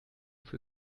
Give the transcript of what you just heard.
für